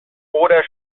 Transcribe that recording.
oder